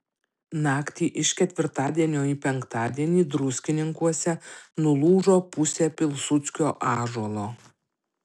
naktį iš ketvirtadienio į penktadienį druskininkuose nulūžo pusė pilsudskio ąžuolo